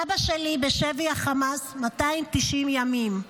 אבא שלי בשבי החמאס 290 ימים.